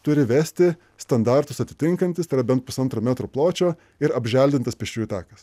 turi vesti standartus atitinkantys bent pusantro metrų pločio ir apželdintas pėsčiųjų takas